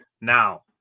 Now